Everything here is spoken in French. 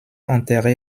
enterré